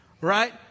right